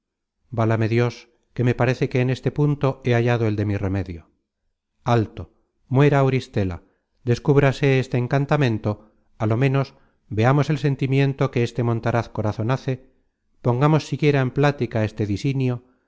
válame dios que me parece que en este punto he hallado el de mi remedio alto muera auristela descúbrase este encantamento á lo ménos veamos el sentimiento que este montaraz corazon hace pongamos siquiera en plática este